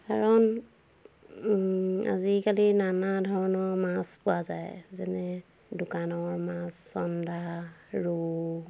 কাৰণ আজিকালি নানা ধৰণৰ মাছ পোৱা যায় যেনে দোকানৰ মাছ চন্দা ৰৌ